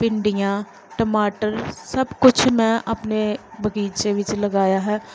ਭਿੰਡੀਆਂ ਟਮਾਟਰ ਸਭ ਕੁਛ ਮੈਂ ਆਪਣੇ ਬਗੀਚੇ ਵਿੱਚ ਲਗਾਇਆ ਹੈ